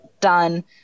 done